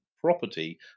property